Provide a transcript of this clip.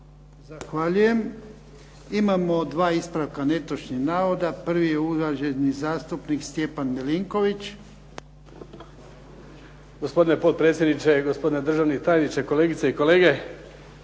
Zahvaljujem. Imamo dva ispravka netočnih navoda. Prvi je uvaženi zastupnik Stjepan Milinković. **Milinković, Stjepan (HDZ)** Gospodine potpredsjedniče, gospodine državni tajniče, kolegice i kolege.